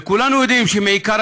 וכולנו יודעים שמעיקרו,